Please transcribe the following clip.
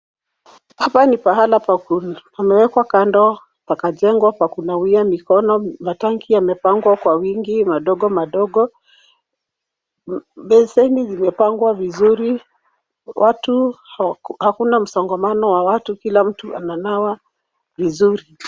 Hapa ni pahala pa. Pamewekwa kando pakajengwa kwa kunawia mikono. Matanki yamepangwa kwa wingi madogo madogo. Beseni zimepangwa vizuri. Watu, hakuna msongamano wa watu kila mtu ananawa vizuri.